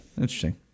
interesting